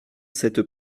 cette